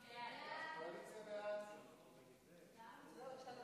חוק שירותי תעופה